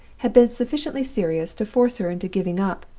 had been sufficiently serious to force her into giving up,